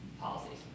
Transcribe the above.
policies